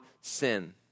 sin